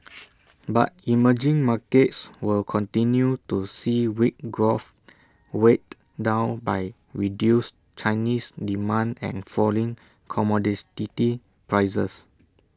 but emerging markets will continue to see weak growth weighed down by reduced Chinese demand and falling commodes dirty prices